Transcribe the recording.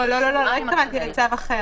לא התכוונתי לצו אחר.